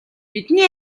бидний